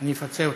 אני אפצה אותך.